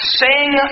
sing